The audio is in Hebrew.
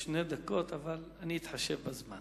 שני דקות, אבל אני אתחשב בזמן.